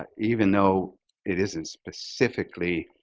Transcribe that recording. ah even though it isn't specifically